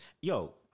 Yo